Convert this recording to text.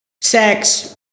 sex